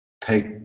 take